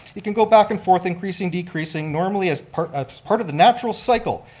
you can go back and forth, increasing decreasing normally as part of part of the natural cycle,